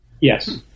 Yes